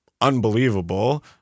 Unbelievable